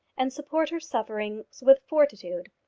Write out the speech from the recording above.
and support her sufferings with fortitude.